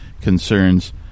concerns